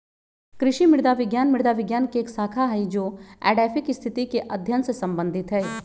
कृषि मृदा विज्ञान मृदा विज्ञान के एक शाखा हई जो एडैफिक स्थिति के अध्ययन से संबंधित हई